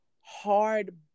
hard